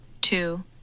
Two